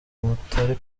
mutari